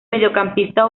mediocampista